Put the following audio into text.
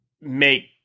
make